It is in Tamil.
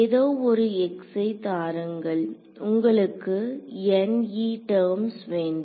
ஏதோ ஒரு x ஐ தாருங்கள் உங்களுக்கு டெர்ம்ஸ் வேண்டும்